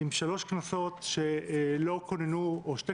והפוליטית שאנחנו מצויים בו עם שתי כנסות שלא כוננו ממשלה